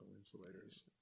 insulators